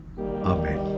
Amen